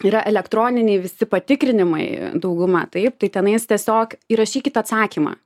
yra elektroniniai visi patikrinimai dauguma taip tai tenais tiesiog įrašykit atsakymą